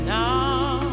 now